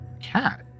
Cat